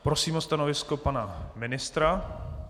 Prosím o stanovisko pana ministra.